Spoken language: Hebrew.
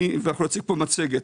אנחנו נציג כאן מצגת.